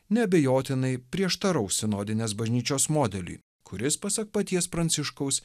neabejotinai prieštaraus sinodinės bažnyčios modeliui kuris pasak paties pranciškaus